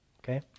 Okay